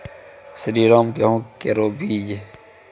श्रीराम गेहूँ केरो बीज?